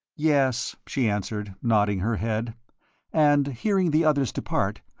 yes, she answered, nodding her head and hearing the others depart,